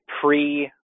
pre